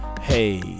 hey